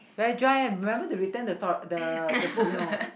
very dry eh remember to return the sto~ the the book you know